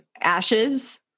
ashes